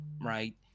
right